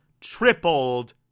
tripled